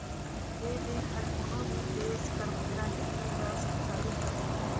ए bank हर कोनो भी देस कर मुद्रा नीति ल संचालित करथे